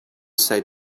say